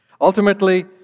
Ultimately